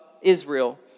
Israel